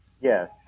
Yes